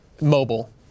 Mobile